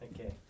Okay